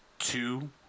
Two